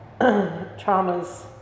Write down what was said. traumas